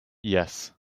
yes